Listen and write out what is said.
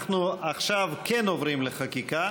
עכשיו אנחנו כן עוברים לחקיקה,